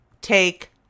take